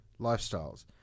lifestyles